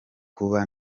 kuba